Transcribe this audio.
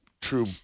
true